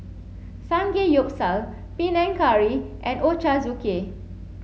Samgeyopsal Panang Curry and Ochazuke